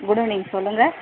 good evening சொல்லுங்கள்